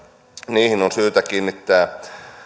niihin on syytä kiinnittää